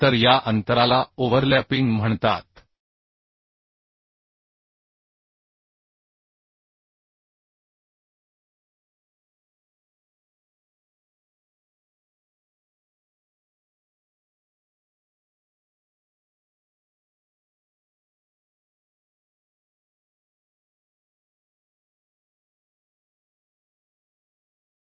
आपण zigzag bolting किंवा plain bolting किंवा चेन बोल्टिंग कधीकधी डायमंड बोल्टिंग असे नाव देऊ शकतो